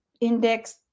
index